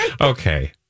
Okay